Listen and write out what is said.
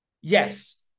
yes